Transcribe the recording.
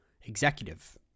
executive